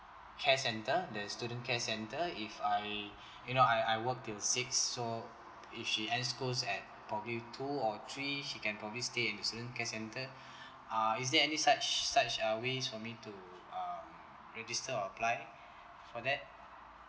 care centre the student care centre if I you know I I work till six so if she ends school at probably two or three he can probably stay in his own care centre uh is there any such such uh ways for me to um register or apply for that